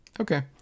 Okay